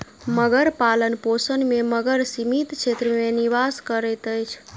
मगर पालनपोषण में मगर सीमित क्षेत्र में निवास करैत अछि